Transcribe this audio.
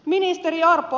ministeri orpo